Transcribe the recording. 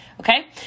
Okay